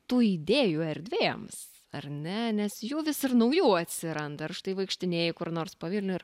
tų idėjų erdvėms ar ne nes jų vis ir naujų atsiranda ir štai vaikštinėji kur nors po vilnių ir